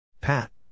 Pat